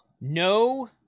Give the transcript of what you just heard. no